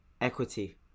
equity